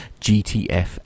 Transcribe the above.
GTF